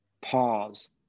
pause